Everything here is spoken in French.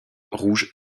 rouges